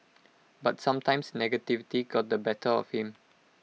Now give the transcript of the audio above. but sometimes negativity got the better of him